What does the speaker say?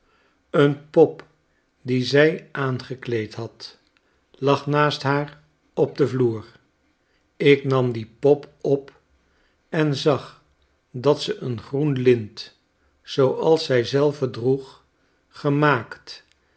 een pop die zij aangekleed had lag naast haar op den vloer ik nam die pop op en zag dat ze een groen lint zooals zij zelve droeg gemaakt